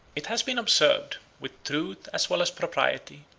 it has been observed, with truth as well as propriety,